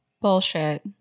Bullshit